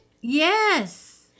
Yes